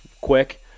quick